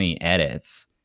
edits